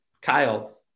Kyle